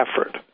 effort